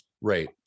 Right